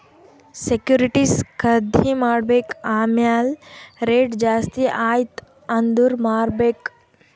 securities ಖರ್ದಿ ಮಾಡ್ಬೇಕ್ ಆಮ್ಯಾಲ್ ರೇಟ್ ಜಾಸ್ತಿ ಆಯ್ತ ಅಂದುರ್ ಮಾರ್ಬೆಕ್